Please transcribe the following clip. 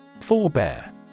Forebear